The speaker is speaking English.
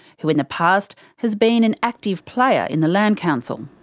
who in the past has been an active player in the land council.